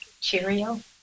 Cheerio